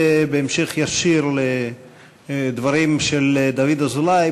בהמשך ישיר לדברים של דוד אזולאי,